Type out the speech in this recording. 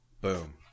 Boom